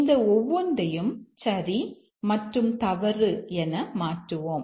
இந்த ஒவ்வொன்றையும் சரி மற்றும் தவறு என மாற்றுவோம்